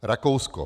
Rakousko.